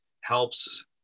helps